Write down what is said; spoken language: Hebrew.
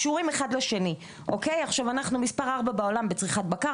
מבחינתנו לשיתופי פעולה בתחומים שונים.